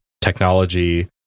technology